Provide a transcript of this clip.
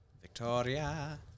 victoria